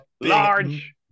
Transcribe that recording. Large